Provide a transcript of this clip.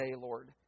Lord